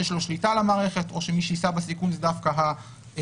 שיש לו שליטה על המערכת או שמי שיישא בסיכון זה דווקא הנמען?